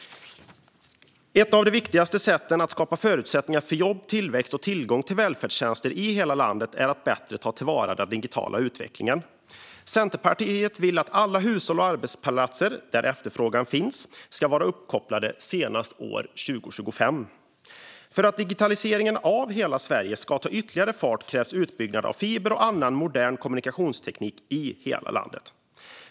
Ett av de viktigaste sätten att skapa förutsättningar för jobb, tillväxt och tillgång till välfärdstjänster i hela landet är att bättre ta till vara den digitala utvecklingen. Centerpartiet vill att alla hushåll och arbetsplatser, där efterfrågan finns, ska vara uppkopplade senast år 2025. För att digitaliseringen av hela Sverige ska ta ytterligare fart krävs utbyggnad av fiber och annan modern kommunikationsteknik i hela landet.